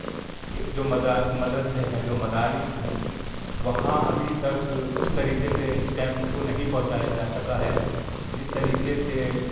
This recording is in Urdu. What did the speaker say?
کہ جو مدارس مدرسے ہیں جو مدارس ہیں وہاں ابھی تک اُس طریقے سے اسٹم کو نہیں پہنچایا جا سکا ہے جس طریقے سے